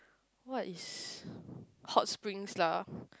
what is hot springs lah